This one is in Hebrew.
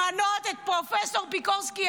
למנות את פרופ' פיקרסקי,